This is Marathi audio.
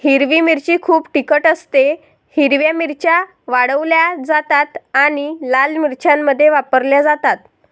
हिरवी मिरची खूप तिखट असतेः हिरव्या मिरच्या वाळवल्या जातात आणि लाल मिरच्यांमध्ये वापरल्या जातात